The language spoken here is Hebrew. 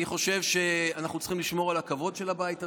אני חושב שאנחנו צריכים לשמור על הכבוד של הבית הזה,